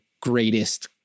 greatest